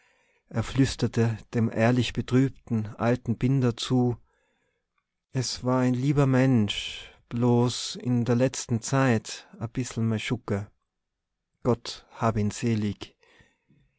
er flüsterte dem ehrlich betrübten alten binder zu es war ein lieber mensch bloß in der letzten zeit e bißchen meschugge gott hab ihn selig